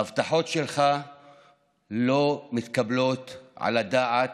ההבטחות שלך לא מתקבלות על הדעת.